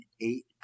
eight